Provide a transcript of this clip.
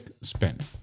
Spend